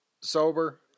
sober